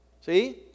See